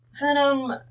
venom